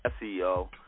CEO